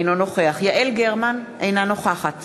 אינו נוכח יעל גרמן, אינה נוכחת